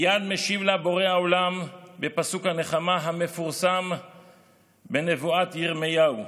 מייד השיב לה בורא העולם בפסוק הנחמה המפורסם בנבואת ירמיהו: